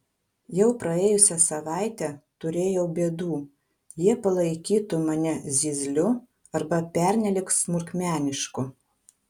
jau praėjusią savaitę turėjau bėdų jie palaikytų mane zyzliu arba pernelyg smulkmenišku